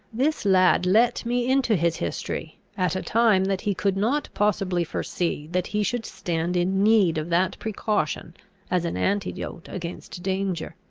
this lad let me into his history, at a time that he could not possibly foresee that he should stand in need of that precaution as an antidote against danger.